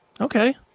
Okay